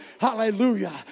Hallelujah